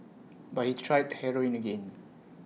but he tried heroin again